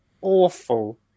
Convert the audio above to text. awful